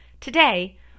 Today